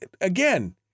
again